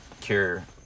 Cure